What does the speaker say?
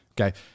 Okay